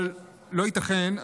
אבל לא ייתכן,